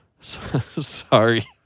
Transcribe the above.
Sorry